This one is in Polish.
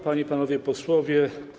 Panie i Panowie Posłowie!